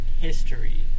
history